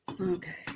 Okay